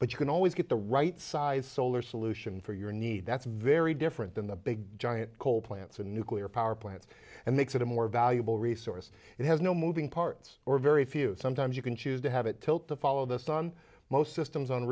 but you can always get the right size solar solution for your need that's very different than the big giant coal plants and nuclear power plants and makes it a more valuable resource it has no moving parts or very few sometimes you can choose to have it tilt to follow this on most systems on